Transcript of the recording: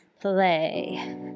play